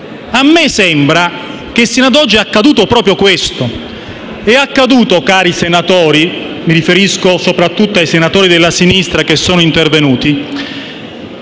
a me sembra che sino ad oggi è accaduto proprio questo. È accaduto, cari senatori - e mi riferisco soprattutto ai senatori della sinistra che sono intervenuti